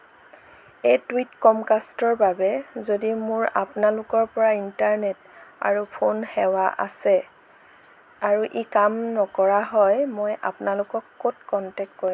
এই টুইট ক'মকাষ্টৰ বাবে যদি মোৰ আপোনালোকৰ পৰা ইণ্টাৰনেট আৰু ফোন সেৱা আছে আৰু ই কাম নকৰা হয় মই আপোনালোকক ক'ত কণ্টেক্ট কৰিম